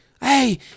Hey